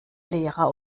lehrer